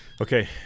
Okay